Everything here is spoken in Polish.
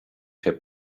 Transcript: się